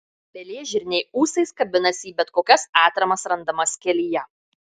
pelėžirniai ūsais kabinasi į bet kokias atramas randamas kelyje